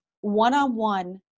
one-on-one